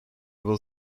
will